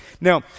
Now